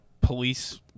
police